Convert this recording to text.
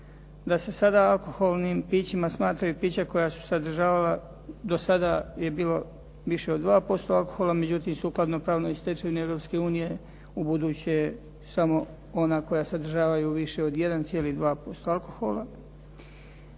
da se sada alkoholnim pićima smatraju pića koja su sadržavala, do sada je bilo više od 2% alkohola, međutim sukladno pravnoj stečevini Europske unije ubuduće samo ona koja sadržavaju više od 1,2% alkohola.